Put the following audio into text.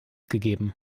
gegeben